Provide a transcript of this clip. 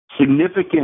significant